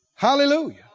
Hallelujah